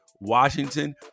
Washington